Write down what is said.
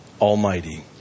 Almighty